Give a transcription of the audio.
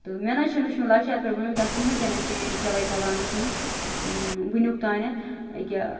تہٕ مےٚ نہ حظ چھُ نہٕ وُچھمُت لکچار پیٚٹھ ونیُکھ تام کٕہٕنۍ تہ نہ چینٛج چِلے کَلانَس مَنٛز وٕنیُکۍ تانیٚتھ أکیاہ